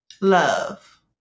Love